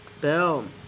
Boom